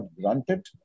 granted